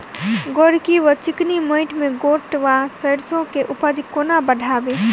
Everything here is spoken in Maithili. गोरकी वा चिकनी मैंट मे गोट वा सैरसो केँ उपज कोना बढ़ाबी?